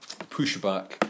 pushback